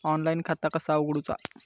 Online खाता कसा उगडूचा?